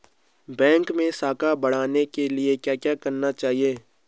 Bank मैं साख बढ़ाने के लिए क्या क्या करना चाहिए?